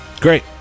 Great